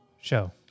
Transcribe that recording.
show